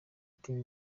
ati